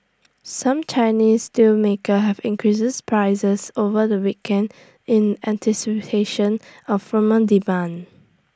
some Chinese steelmakers have increased prices over the weekend in anticipation of firmer demand